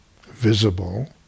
visible